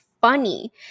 funny